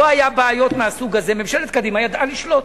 לא היו בעיות מהסוג הזה, ממשלת קדימה ידעה לשלוט.